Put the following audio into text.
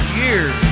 years